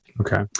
Okay